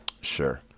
Sure